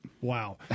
Wow